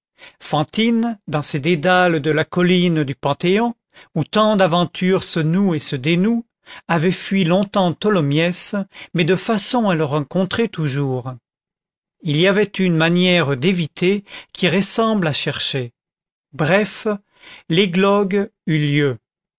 fantine dans ces dédales de la colline du panthéon où tant d'aventures se nouent et se dénouent avait fui longtemps tholomyès mais de façon à le rencontrer toujours il y a une manière d'éviter qui ressemble à chercher bref l'églogue eut lieu